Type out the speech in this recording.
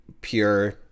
pure